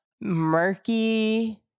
Murky